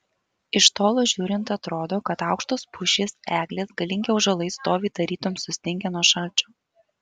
iš tolo žiūrint atrodo kad aukštos pušys eglės galingi ąžuolai stovi tarytum sustingę nuo šalčio